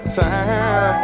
time